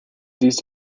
these